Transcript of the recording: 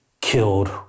killed